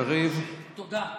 תודה.